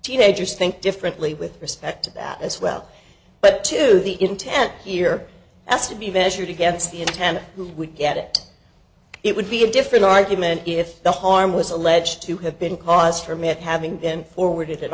teenagers think differently with respect to that as well but to the intent here that's to be measured against the intent who would get it it would be a different argument if the harm was alleged to have been caused from it having been forwarded at